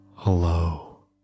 Hello